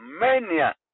mania